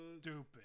stupid